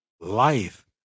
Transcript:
life